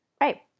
Right